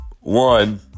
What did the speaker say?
one